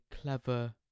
clever